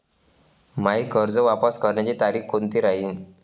मायी कर्ज वापस करण्याची तारखी कोनती राहीन?